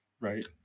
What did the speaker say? right